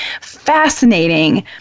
Fascinating